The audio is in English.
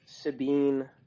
Sabine